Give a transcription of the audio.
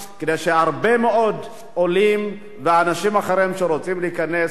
כדי שהרבה מאוד עולים ואנשים אחרים שרוצים להיכנס לעם